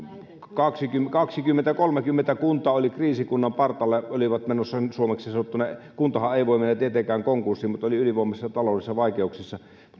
kaksikymmentä viiva kolmekymmentä kuntaa oli kriisin partaalla ja suomeksi sanottuna kuntahan ei voi mennä tietenkään konkurssiin mutta nämä olivat ylivoimaisissa taloudellisissa vaikeuksissa